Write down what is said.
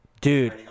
Dude